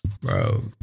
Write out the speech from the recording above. bro